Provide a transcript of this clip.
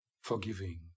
forgiving